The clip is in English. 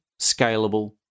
scalable